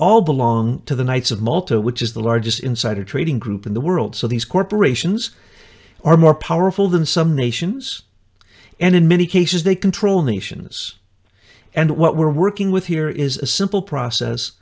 all belong to the knights of malta which is the largest insider trading group in the world so these corporations are more powerful than some nations and in many cases they control nations and what we're working with here is a simple process